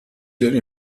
داری